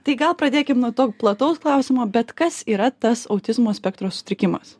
tai gal pradėkim nuo to plataus klausimo bet kas yra tas autizmo spektro sutrikimas